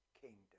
kingdom